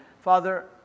Father